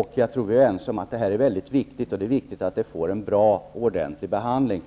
att vi är överens om att detta är mycket viktigt och att det är viktigt att detta får en bra och ordentlig behandling.